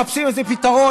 מחפשים איזה פתרון.